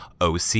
OC